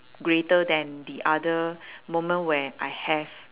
greater than the other moment where I have